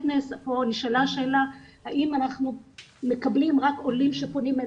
להנגיש להם לא רק מבחינת השפה את השירותים,